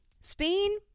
Spain